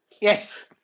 Yes